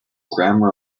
grammar